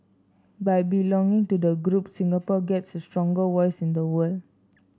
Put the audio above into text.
by belonging to the group Singapore gets a stronger voice in the world